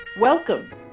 Welcome